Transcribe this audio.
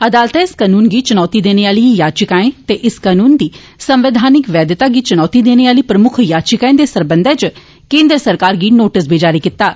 अदालतै इस कानून गी चुनौती देने आहली याचिकाएं ते इस कनून दी संवैधानिक वैघता गी चुनौती देने आली मुक्ख याचिका दें सरबंधे च केन्द्र सरकार गी नोटिस जारी कीता ऐ